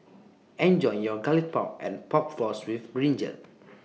Enjoy your Garlic Pork and Pork Floss with Brinjal